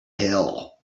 hill